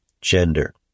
gender